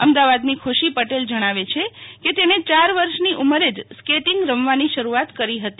અમદાવાદની ખુશી પટેલ જણાવે છે કે તેને ચાર વર્ષની ઉંમરે જ સ્કેટિંગ રમવાની શરૂઆત કરી હતી